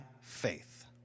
faith